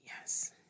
Yes